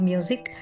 Music